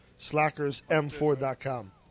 SlackersM4.com